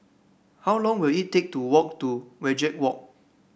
how long will it take to walk to Wajek Walk